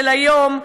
של היום,